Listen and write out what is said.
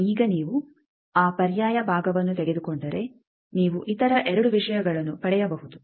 ಈಗ ನೀವು ಆ ಪರ್ಯಾಯ ಭಾಗವನ್ನು ತೆಗೆದುಕೊಂಡರೆ ನೀವು ಇತರ 2 ವಿಷಯಗಳನ್ನು ಪಡೆಯಬಹುದು